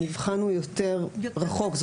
המבחן הוא יותר רחוק,